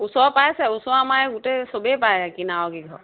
ওচৰৰ পাইছে ওচৰৰ আমাৰ গোটেই সবেই পায় কিনাৰৰ কেইঘৰ